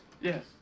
Yes